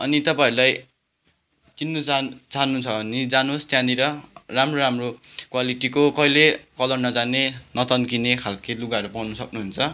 अनि तपाईँहरूलाई किन्नु जान जानु छ भने जानुहोस् त्यहाँनिर राम्रो राम्रो क्वालिटीको कहिले कलर नजाने नतन्किने खालको लुगाहरू पाउनु सक्नु हुन्छ